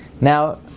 Now